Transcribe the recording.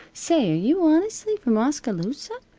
say, are you honestly from oskaloosa?